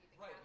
Right